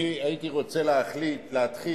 אני הייתי רוצה להתחיל,